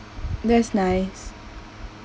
that's nice